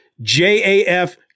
JAF